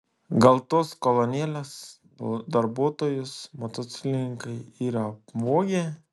gal tuos kolonėlės darbuotojus motociklininkai yra apvogę